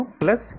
plus